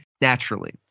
naturally